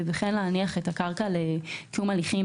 וכן להניח את הקרקע לקיום הליכים